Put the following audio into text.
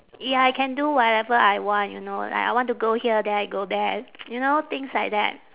ya I can do whatever I want you know like I want to go here there go there you know things like that